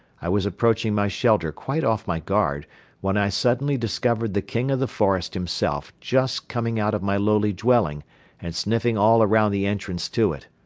i was approaching my shelter quite off my guard when i suddenly discovered the king of the forest himself just coming out of my lowly dwelling and sniffing all around the entrance to it.